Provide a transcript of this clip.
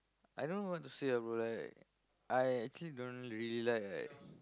I don't know what to say ah bro like I actually don't really like like